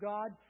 God